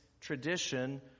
tradition